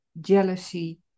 jealousy